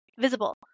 visible